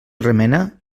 remena